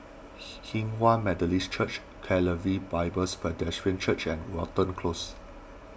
Hinghwa Methodist Church Calvary Bibles pedestrian Church and Watten Close